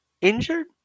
injured